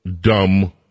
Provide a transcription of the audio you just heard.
dumb